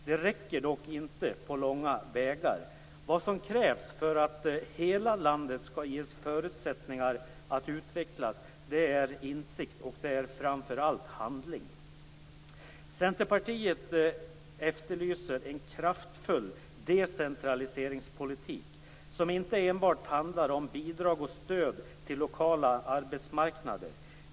Det räcker dock inte på långa vägar. Det som krävs för att hela landet skall ges förutsättningar att utvecklas är insikt och det är framför allt handling. Centerpartiet efterlyser en kraftfull decentraliseringspolitik som inte enbart handlar om bidrag och stöd till lokala arbetsmarknader.